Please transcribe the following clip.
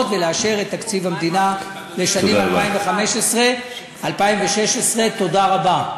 ולתקציב המדינה לשנים 2015 2016. תודה רבה.